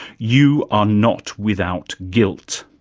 you are not without guilt.